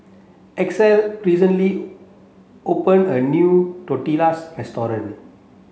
Axel recently open a new Tortillas